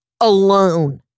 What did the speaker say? alone